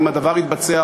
האם הדבר התבצע,